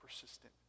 persistent